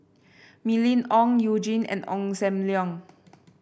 Mylene Ong You Jin and Ong Sam Leong